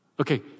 Okay